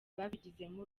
babigizemo